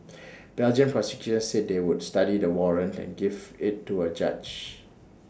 Belgian prosecutors said they would study the warrant and give IT to A judge